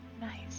Nice